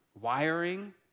wiring